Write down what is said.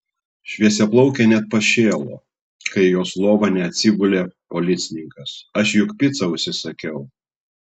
šviesiaplaukė net pašėlo kai į jos lovą neatsigulė policininkas aš juk picą užsisakiau